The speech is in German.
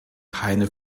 keine